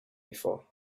before